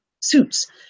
suits